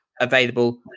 available